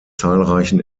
zahlreichen